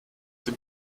dem